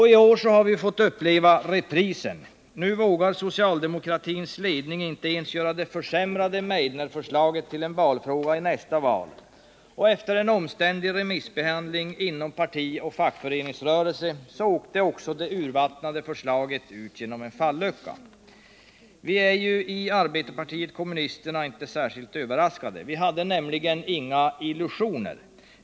I år har vi fått uppleva reprisen. Nu vågar socialdemokratins ledning inte ens göra det försämrade Meidnerförslaget till en valfråga i nästa val. Efter en omständlig remissbehandling inom parti och fackföreningsrörelse åkte också det urvattnade förslaget ut genom en fallucka. Vi i arbetarpartiet kommunisterna är inte överraskade. Vi hade nämligen inga illusioner.